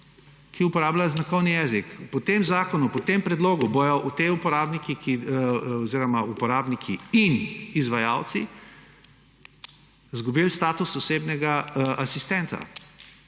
ki uporabljajo znakovni jezik. Po tem predlogu zakona bodo ti uporabniki in izvajalci izgubili status osebnega asistenta,